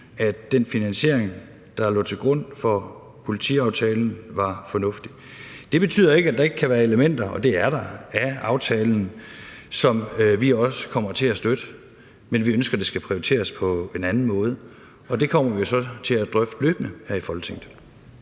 at den finansiering, der lå til grund for politiaftalen, var fornuftig. Det betyder ikke, at der ikke kan være elementer, og det er der, af aftalen, som vi kommer til at støtte, men vi ønsker, at det skal prioriteres på en anden måde, og det kommer vi jo så til at drøfte løbende her i Folketinget.